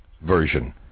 version